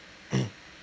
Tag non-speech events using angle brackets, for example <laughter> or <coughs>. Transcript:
<coughs>